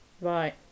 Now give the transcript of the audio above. Right